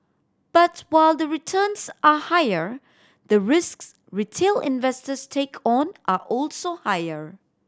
but while the returns are higher the risks retail investors take on are also higher